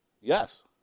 Yes